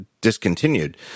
discontinued